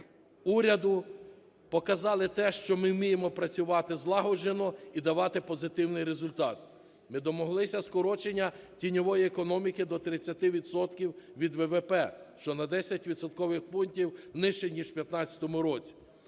уряду показали те, що ми вміємо працювати злагоджено і давати позитивний результат. Ми домоглися скорочення тіньової економіки до 30 відсотків від ВВП, що на 10 відсоткових пунктів нижче, ніж в 15-му році.